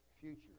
future